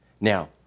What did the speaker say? Now